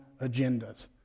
agendas